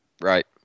Right